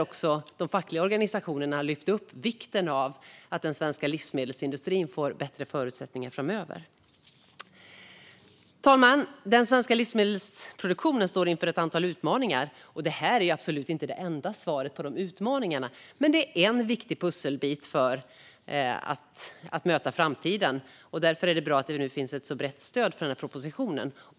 Även de fackliga organisationerna har lyft upp vikten av att den svenska livsmedelsindustrin får bättre förutsättningar framöver. Fru talman! Den svenska livsmedelsproduktionen står inför ett antal utmaningar, och det här är absolut inte det enda svaret på dessa utmaningar. Men det är en viktig pusselbit för att möta framtiden, och därför är det bra att det nu finns ett så brett stöd för denna proposition.